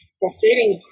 frustrating